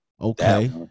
Okay